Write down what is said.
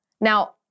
Now